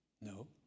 No